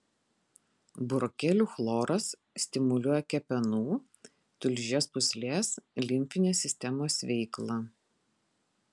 burokėlių chloras stimuliuoja kepenų tulžies pūslės limfinės sistemos veiklą